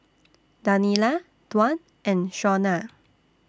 Daniella Dwan and Shawna